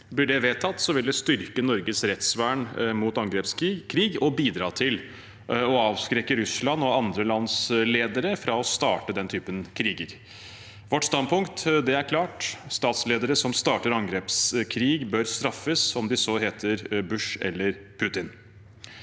Blir det vedtatt, vil det styrke Norges rettsvern mot angrepskrig og bidra til å avskrekke Russland og andre lands ledere fra å starte den typen krig. Vårt standpunkt er klart: Statsledere som starter angrepskrig, bør straffes, om de så heter Bush eller Putin.